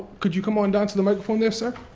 could you come on down to the microphone there, sir?